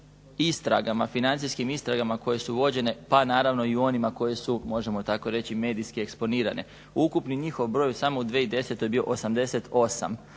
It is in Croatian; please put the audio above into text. svim financijskim istragama koje su vođene pa naravno i u onima koje su možemo tako reći medijski eksponirane. Ukupni njihov broj samo u 2010. je bio 88,